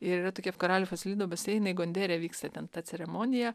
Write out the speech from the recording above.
ir yra tokie karaliaus fasilido baseinai gondere vyksta ten ta ceremonija